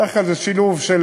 בדרך כלל זה שילוב של